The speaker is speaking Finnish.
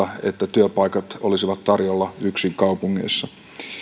työpaikat olisivat tarjolla yksin kaupungeissa